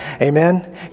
Amen